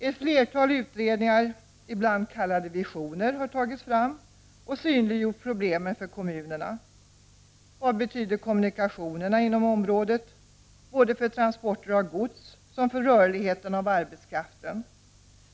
Ett flertal utredningar, ibland kallade visioner, har tagits fram och synliggjort problemen för kommunerna. Vad betyder kommunikationerna inom området både när det gäller transporter av gods och när det gäller rörligheten av arbetskraften?